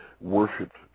worshipped